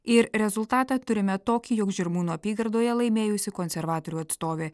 ir rezultatą turime tokį jog žirmūnų apygardoje laimėjusi konservatorių atstovė